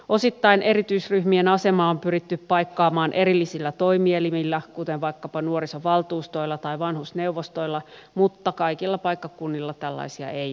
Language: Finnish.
osittain erityisryhmien asemaa on pyritty paikkaamaan erillisillä toimielimillä kuten vaikkapa nuorisovaltuustoilla tai vanhusneuvostoilla mutta kaikilla paikkakunnilla tällaisia ei ole